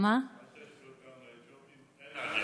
אל תשווי לאתיופים.